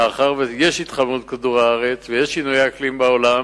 מאחר שיש התחממות כדור-הארץ ויש שינויי אקלים בעולם,